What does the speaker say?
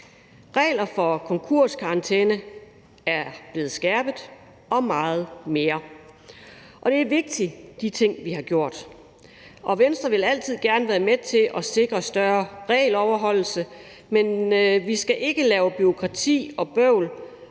regler for konkurskarantæne er blevet skærpet – og meget mere. Og de ting, vi har gjort, er vigtige. Venstre vil altid gerne være med til at sikre bedre regeloverholdelse, men vi skal ikke lave bureaukrati og bøvl.